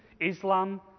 Islam